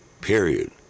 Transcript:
Period